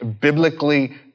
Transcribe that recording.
biblically